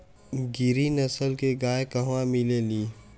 गिरी नस्ल के गाय कहवा मिले लि?